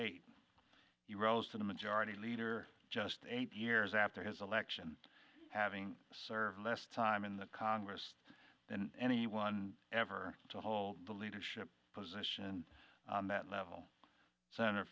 eight he rose to the majority leader just eight years after his election having served less time in the congress then anyone ever to hold the leadership position on that level sen